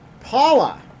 Paula